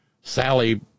Sally